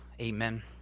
amen